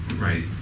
Right